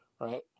right